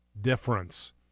difference